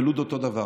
בלוד, אותו דבר.